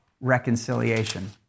reconciliation